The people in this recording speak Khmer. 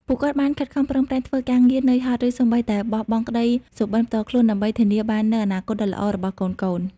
ពួកគាត់បានខិតខំប្រឹងប្រែងធ្វើការងារនឿយហត់ ឬសូម្បីតែបោះបង់ក្ដីសុបិនផ្ទាល់ខ្លួន ដើម្បីធានាបាននូវអនាគតដ៏ល្អរបស់កូនៗ។